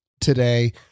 today